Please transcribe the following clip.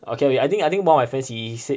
okay I I think one of my friends he he said